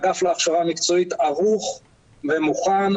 האגף להכשרה מקצועית ערוך ומוכן,